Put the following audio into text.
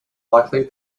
likely